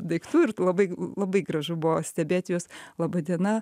daiktų ir labai labai gražu buvo stebėt juos laba diena